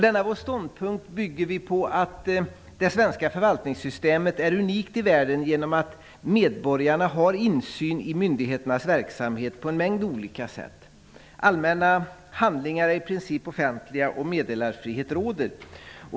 Denna vår ståndpunkt bygger vi på att det svenska förvaltningssystemet är unikt i världen genom att medborgarna har insyn i myndigheternas verksamhet på en mängd olika sätt. Allmänna handlingar är i princip offentliga och meddelarfrihet råder.